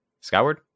skyward